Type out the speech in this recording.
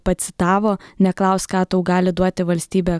pacitavo neklausk ką tau gali duoti valstybė